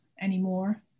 anymore